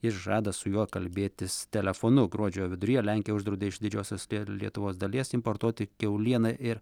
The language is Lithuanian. jis žada su juo kalbėtis telefonu gruodžio viduryje lenkija uždraudė iš didžiosios lietuvos dalies importuoti kiaulieną ir